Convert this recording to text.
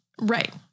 right